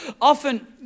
often